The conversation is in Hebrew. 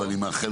אני מאחל